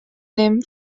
nimmen